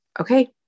Okay